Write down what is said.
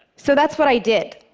so that's what i did,